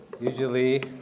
Usually